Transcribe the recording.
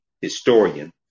historian